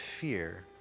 fear